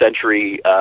century